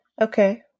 Okay